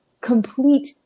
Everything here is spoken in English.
complete